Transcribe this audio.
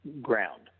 ground